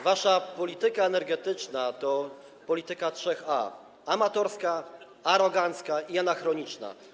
Wasza polityka energetyczna to polityka trzech „A”: amatorska, arogancka i anachroniczna.